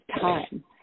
time